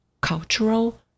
cultural